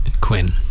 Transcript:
Quinn